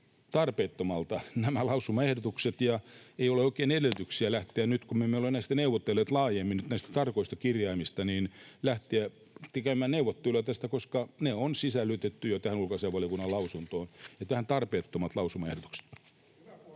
tarpeettomilta nämä lausumaehdotukset, ja ei ole oikein edellytyksiä lähteä nyt, kun me emme ole neuvotelleet laajemmin näistä tarkoista kirjaimista, tekemään neuvotteluja tästä, koska ne on sisällytetty jo tähän ulkoasiainvaliokunnan mietintöön. Eli vähän tarpeettomat lausumaehdotukset.